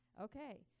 Okay